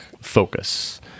focus